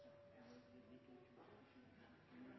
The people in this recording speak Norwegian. i de to